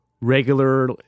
regular